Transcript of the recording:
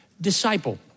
disciple